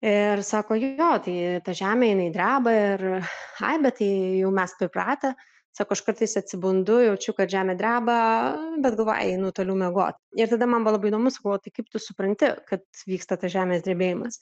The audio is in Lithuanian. ir sako jo jo tai ta žemė jinai dreba ir ai bet tai jau mes pripratę sako aš kartais atsibundu jaučiu kad žemė dreba bet galvoju einu toliau miego ir tada man buvo labai įdomu sakau o tai kaip tu supranti kad vyksta tas žemės drebėjimas